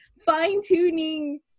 fine-tuning